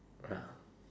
ah